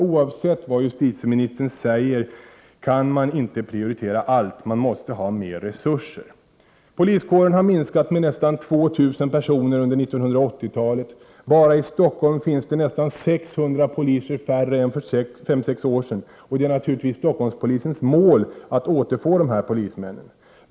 Oavsett vad justitieministern säger kan man inte prioritera allt. Man måste ha mer resurser. Poliskåren har minskat med nästan 2 000 personer under 1980-talet. Bara i Stockholm finns det nästan 600 poliser färre än för fem sex år sedan. Och det är naturligtvis Stockholmspolisens mål att återfå de här polismännen.